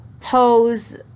pose